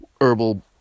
herbal